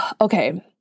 Okay